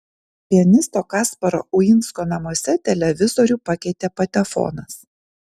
pianisto kasparo uinsko namuose televizorių pakeitė patefonas